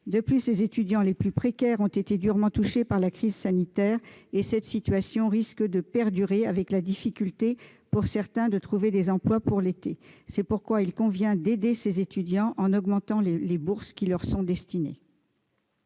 De plus, les étudiants les plus précaires ont été durement touchés par la crise sanitaire, et cette situation risque de perdurer, certains ayant du mal à trouver un emploi pour l'été. C'est pourquoi il convient d'aider ces étudiants en augmentant les bourses qui leur sont destinées.